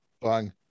bang